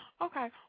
Okay